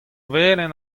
velen